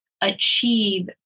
achieve